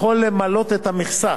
שיכול למלא את המכסה.